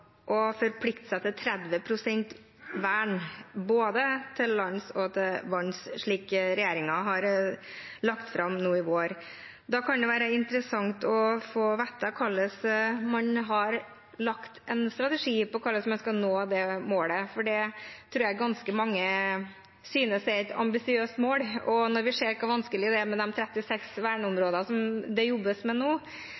og forplikte seg til 30 pst. vern – både til lands og til vanns, slik regjeringen har lagt fram nå i vår. Da kan det være interessant å få vite hvordan man har lagt en strategi for å nå det målet, for det tror jeg ganske mange synes er et ambisiøst mål. Når vi ser hvor vanskelig det er med de 36